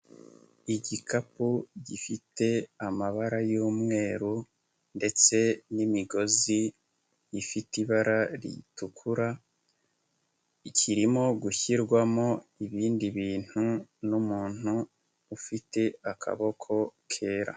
Igikapu gifite amabara y'umweru ndetse n'imigozi ifite ibara ritukura, kirimo gushyirwamo ibindi bintu n'umuntu ufite akaboko kera.